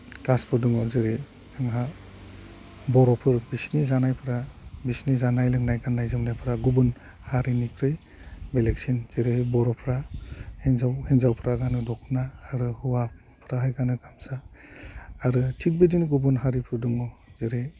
कास्तफोर दङ जेरै जोंहा बर'फोर बिसोरनि जानायफ्रा बिसोरनि जानाय लोंनाय गान्नाय जोमनायफ्रा गुबुन हारिनिख्रुइ बेलेगसिन जेरैहाय बर'फ्रा हिन्जाव हिन्जावफ्रा गानो दख'ना आरो हौवाफ्राहाय गानो गामसा